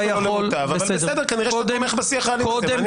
כנראה שאתה תומך בשיח הזה.